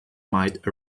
might